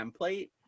template